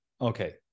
okay